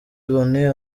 loni